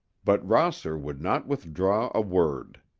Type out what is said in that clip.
but rosser would not withdraw a word.